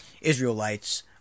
Israelites